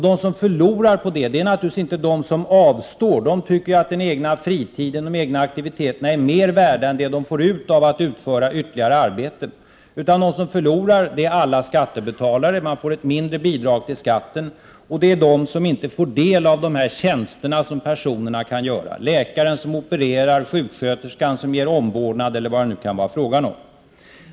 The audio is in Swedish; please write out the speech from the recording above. De som förlorar på det är naturligtvis inte de som avstår. De tycker att den egna fritiden, de egna aktiviteterna är mer värda än det som de får ut av att utföra ytterligare arbete. De som förlorar är alla skattebetalare — man får ett mindre bidrag till skatten — och de som inte kan få del av de tjänster som dessa personer kan göra. Det kan vara fråga om läkaren som opererar, sjuksköterskan som ger omvårdnad och mycket annat.